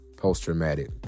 Post-traumatic